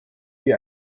die